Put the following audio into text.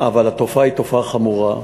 אבל התופעה היא תופעה חמורה.